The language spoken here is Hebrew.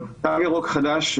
תו ירוק חדש,